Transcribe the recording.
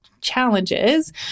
challenges